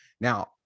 Now